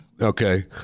Okay